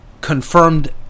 confirmed